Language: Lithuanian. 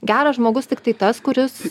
geras žmogus tiktai tas kuris